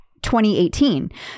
2018